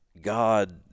god